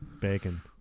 bacon